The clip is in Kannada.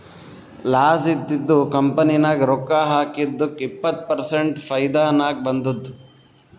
ಲಾಸ್ ಇದ್ದಿದು ಕಂಪನಿ ನಾಗ್ ರೊಕ್ಕಾ ಹಾಕಿದ್ದುಕ್ ಇಪ್ಪತ್ ಪರ್ಸೆಂಟ್ ಫೈದಾ ನಾಗ್ ಬಂದುದ್